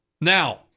Now